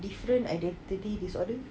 different identity disorder